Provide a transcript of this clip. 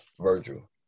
Virgil